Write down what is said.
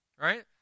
right